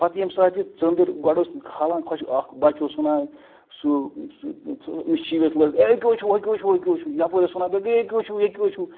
پتہٕ ییٚمہِ ساتہٕ یہِ ژنٛدٕر گۄڈٕ اوس کھالان خۄشک اکھ بَچہٕ اوس وَنان سُہ سُہ مِشیٖنۍ ٲسۍ لڑکہٕ ہے یکہِ ہو چھُو یکہِ ہو چھُو یَپٲرۍ ٲسۍ باقٕے وَنان ہے یکہ ہو چھُو یکہِ ہو چھُو